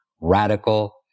radical